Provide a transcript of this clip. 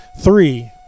Three